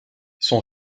son